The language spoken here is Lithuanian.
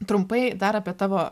trumpai dar apie tavo